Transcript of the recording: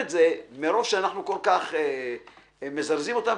מרוב שאנחנו כל כך מזרזים אותם,